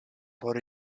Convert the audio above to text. por